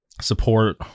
support